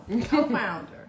co-founder